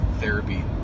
Therapy